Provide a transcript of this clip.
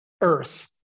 Earth